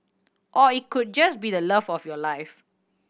or it could just be the love of your life